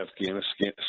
Afghanistan